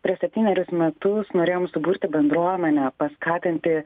prieš septynerius metus norėjom suburti bendruomenę paskatinti